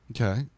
Okay